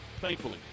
thankfully